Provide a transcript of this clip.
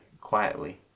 quietly